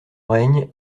règne